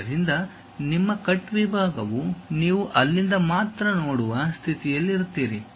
ಆದ್ದರಿಂದ ನಿಮ್ಮ ಕಟ್ ವಿಭಾಗವು ನೀವು ಅಲ್ಲಿಂದ ಮಾತ್ರ ನೋಡುವ ಸ್ಥಿತಿಯಲ್ಲಿರುತ್ತೀರಿ